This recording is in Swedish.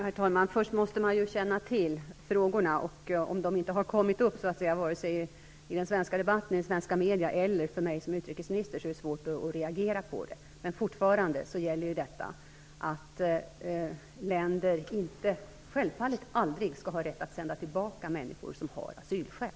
Herr talman! Först måste man ju känna till frågorna, och om de inte har kommit upp vare sig i den svenska debatten och i svenska medier eller till mig som utrikesminister är det svårt att reagera på dem. Men fortfarande gäller detta att länder självfallet aldrig skall ha rätt att sända tillbaka människor som har asylskäl.